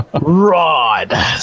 rod